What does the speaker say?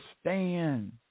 stand